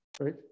right